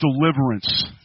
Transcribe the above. deliverance